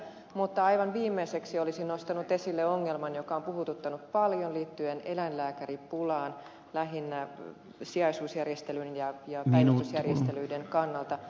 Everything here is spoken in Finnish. mutta aivan viimeiseksi olisin nostanut esille ongelman joka on puhuttanut paljon liittyen eläinlääkäripulaan lähinnä sijaisuusjärjestelyiden ja päivystysjärjestelyiden kannalta